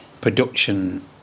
production